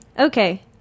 Okay